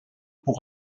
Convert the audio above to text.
pour